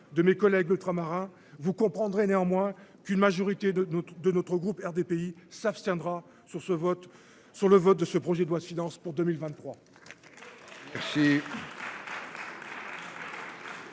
de mes collègues le tamarin vous comprendrez néanmoins qu'une majorité de notre de notre groupe RDPI s'abstiendra sur ce vote sur le vote de ce projet de loi de finances pour 2023.